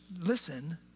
listen